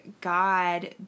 God